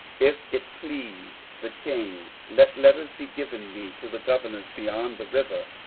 if it please the king, let letters be given me to the governors beyond the river,